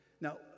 Now